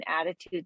attitudes